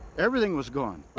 everything was gone.